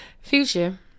Future